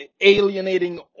alienating